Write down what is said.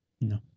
No